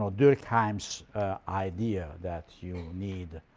durkheim's idea that you need